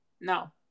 No